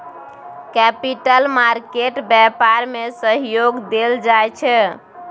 capital market व्यापार में सहयोग देल जाइ छै